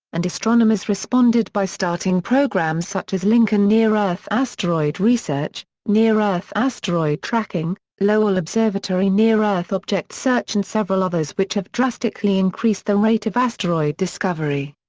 and astronomers responded by starting programs such as lincoln near-earth asteroid research, near-earth asteroid tracking, lowell observatory near-earth object search and several others which have drastically increased the rate of asteroid discovery.